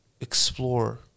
explore